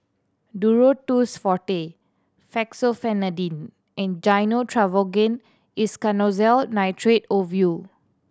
Duro Tuss Forte Fexofenadine and Gyno Travogen Isoconazole Nitrate Ovule